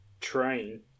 train